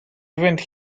event